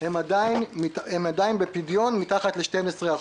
הם עדיין בפדיון מתחת ל-12%,